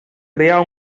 crear